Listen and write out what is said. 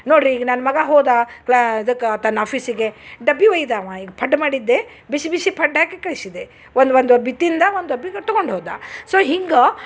ನೋಡ್ರಿ ಈಗ ನನ್ನ ಮಗ ಹೋದ ಲಾ ಇದಕ್ಕೆ ತನ್ನ ಆಫೀಸ್ಸಿಗೆ ಡಬ್ಬಿ ಒಯ್ದ ಅವ ಈಗ ಪಡ್ಡು ಮಾಡಿದ್ದೆ ಬಿಸಿ ಬಿಸಿ ಪಡ್ಡು ಹಾಕಿ ಕಳ್ಸಿದೆ ಒಂದು ಒಂದು ಒಬ್ಬಿ ತಿಂದ ಒಂದು ಒಬ್ಬಿಗ ತಗೊಂಡು ಹೋದ ಸೊ ಹಿಂಗ